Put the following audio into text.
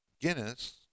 Guinness